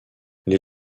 les